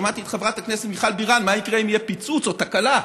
שמעתי את חברת הכנסת מיכל בירן: מה יקרה אם יהיה פיצוץ או תקלה?